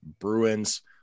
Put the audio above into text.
Bruins